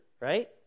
right